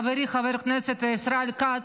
חברי חבר הכנסת ישראל כץ,